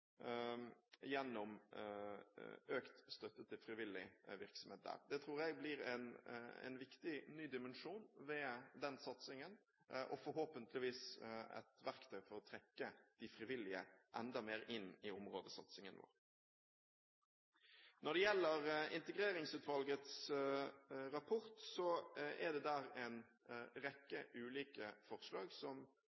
gjennom økt støtte til frivillig virksomhet der. Det tror jeg blir en viktig ny dimensjon ved den satsingen, og forhåpentligvis et verktøy for å trekke de frivillige enda mer inn i områdesatsingen vår. Når det gjelder integreringsutvalgets rapport, er det der en rekke